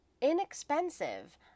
Inexpensive